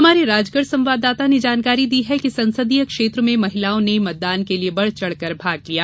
हमारे राजगढ़ संवाददाता ने बताया कि संसदीय क्षेत्र में महिलाओं ने मतदान के लिए बढ़ चढ़कर भाग लिया